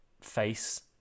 face